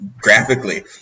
graphically